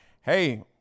hey